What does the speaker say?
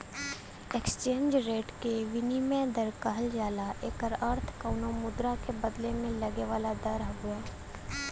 exchange rate के विनिमय दर कहल जाला एकर अर्थ कउनो मुद्रा क बदले में लगे वाला दर हउवे